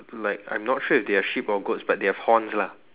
like I'm not sure if they are sheeps or goats but they have horns lah